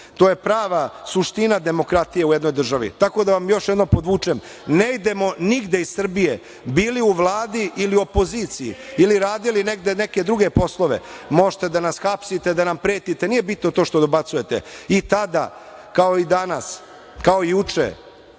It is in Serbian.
To je prava suština demokratije u jednoj državi. Tako da vam još jednom podvučem, ne idemo nigde iz Srbije, bili u Vladi, ili u opoziciji ili radili negde neke druge poslove. Možete da nas hapsite, da nam pretite. Nije bitno to što dobacujete. I tada kao i danas kao i juče,